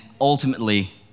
ultimately